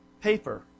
paper